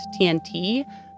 TNT